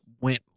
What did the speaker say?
went